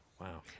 Wow